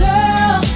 Girl